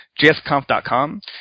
jsconf.com